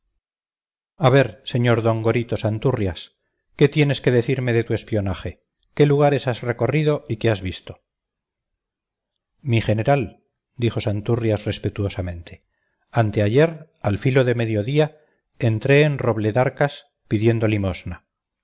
a ver sr d gorito santurrias qué tienes que decirme de tu espionaje qué lugares has recorrido y qué has visto mi general dijo santurrias respetuosamente anteayer al filo de medio día entré en robledarcas pidiendo limosna